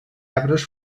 arbres